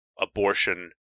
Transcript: abortion